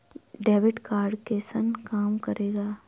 Debit card कैसन काम करेया?